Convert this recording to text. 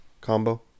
combo